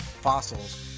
fossils